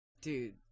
Dude